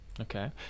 Okay